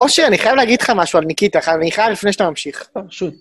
עושר, אני חייב להגיד לך משהו על ניקית, אני חייב לפני שאתה ממשיך. טוב, שוב.